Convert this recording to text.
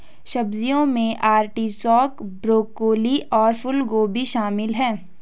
सब्जियों में artichoke, broccoli और फूलगोभी शामिल है